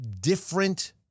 different